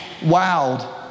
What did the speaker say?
wowed